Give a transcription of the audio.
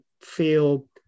feel